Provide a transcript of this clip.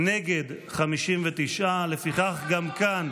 נגד, 59. לפיכך גם כאן,